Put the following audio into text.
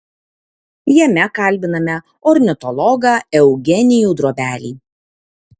jame kalbiname ornitologą eugenijų drobelį